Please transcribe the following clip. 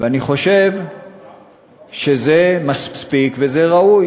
ואני חושב שזה מספיק וזה ראוי.